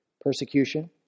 persecution